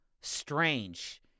strange